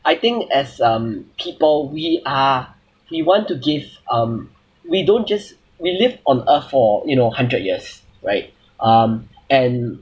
I think as um people we are we want to give um we don't just we live on earth for you know hundred years right um and